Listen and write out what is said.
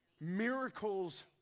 Miracles